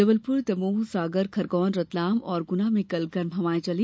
जबलपुर दमोह सागर खरगोन रतलाम और गुना में कल गर्म हवाएं चली